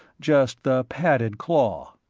just the padded claw.